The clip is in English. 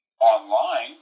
online